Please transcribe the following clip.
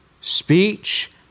speech